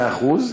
מאה אחוז.